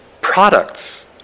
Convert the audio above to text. products